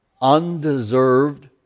undeserved